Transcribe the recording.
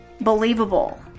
believable